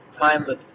timeless